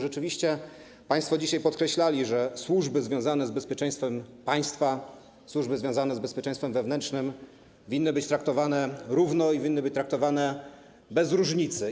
Rzeczywiście państwo dzisiaj podkreślali, że służby związane z bezpieczeństwem państwa, służby związane z bezpieczeństwem wewnętrznym winny być traktowane równo i winny być traktowane bez różnicy.